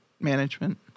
management